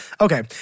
Okay